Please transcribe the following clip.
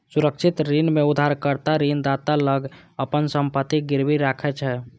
सुरक्षित ऋण मे उधारकर्ता ऋणदाता लग अपन संपत्ति गिरवी राखै छै